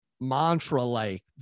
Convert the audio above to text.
mantra-like